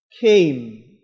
came